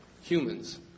humans